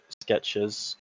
sketches